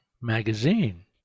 Magazine